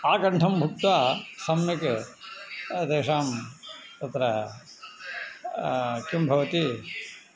आकण्ठं भुक्त्वा सम्यक् तेषां तत्र किं भवति